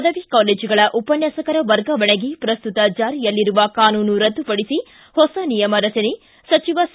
ಪದವಿ ಕಾಲೇಜುಗಳ ಉಪನ್ಯಾಸಕರ ವರ್ಗಾವಣೆಗೆ ಪ್ರಸ್ತುತ ಜಾರಿಯಲ್ಲಿರುವ ಕಾನೂನು ರದ್ನುಪಡಿಸಿ ಹೊಸ ನಿಯಮ ರಚನೆ ಸಚಿವ ಸಿ